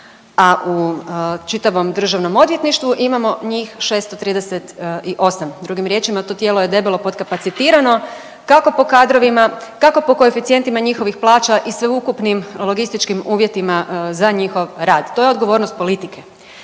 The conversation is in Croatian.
a u čitavom DORH-u imamo njih 638, drugim riječima, to tijelo je debelo podkapacitirano, kako po kadrovima, kako po koeficijentima njihovih plaća i sveukupnim logističkim uvjetima za njihov rad. To je odgovornost politike.